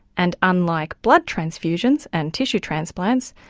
and unlike blood transfusions and tissue transplants,